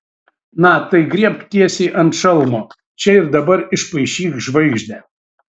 na tai griebk tiesiai ant šalmo čia ir dabar išpaišyk žvaigždę